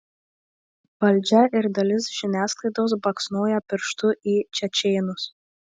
valdžia ir dalis žiniasklaidos baksnoja pirštu į čečėnus